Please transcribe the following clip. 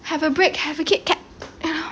have a break have a kit kat